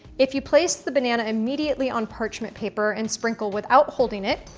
if you place the banana immediately on parchment paper and sprinkle without holding it,